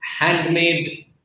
Handmade